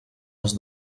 has